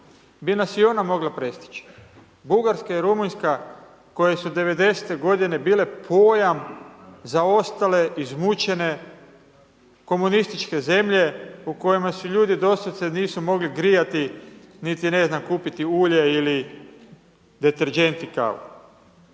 bi nas i ona mogla prestići. Bugarska i Rumunjska koje su '90.-te godine bile pojama za ostale izmučene komunističke zemlje u kojima se ljudi doslovce nisu mogli grijati niti ne znam kupiti ulje ili deterdžent i kavu.